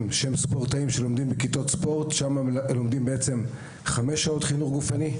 ספורטאים שלומדים בכיתות ספורט שבהן לומדים חמש שעות חינוך גופני,